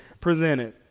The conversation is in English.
presented